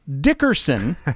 Dickerson